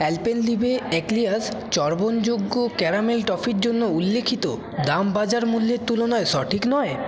Alpenliebe eclairs চর্বণযোগ্য caramel টফির জন্য উল্লিখিত দাম বাজার মূল্যের তুলনায় সঠিক নয়